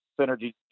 Synergy